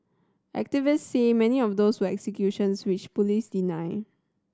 activist say many of those were executions which police deny